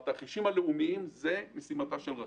התרחישים הלאומיים, זאת משימתה של רח"ל.